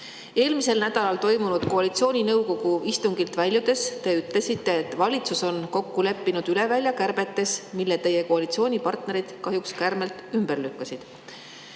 Eelmisel nädalal toimunud koalitsiooninõukogu istungilt väljudes te ütlesite, et valitsus on kokku leppinud üleväljakärbetes. Teie koalitsioonipartnerid lükkasid